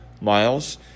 miles